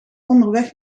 onderweg